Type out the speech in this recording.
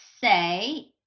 say